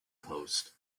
post